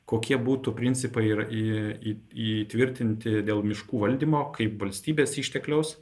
kokie būtų principai ir į jį įtvirtinti dėl miškų valdymo kaip valstybės ištekliaus